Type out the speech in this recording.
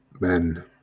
men